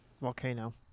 volcano